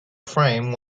frame